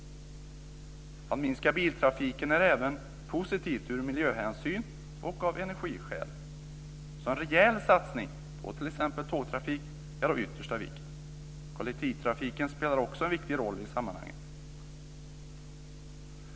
Att minska biltrafiken är även positivt ur miljöhänsyn och av energiskäl, så en rejäl satsning på t.ex. tågtrafik är av yttersta vikt. Kollektivtrafiken spelar också en viktig roll i sammanhanget.